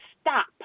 stop